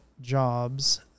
jobs